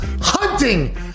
hunting